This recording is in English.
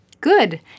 Good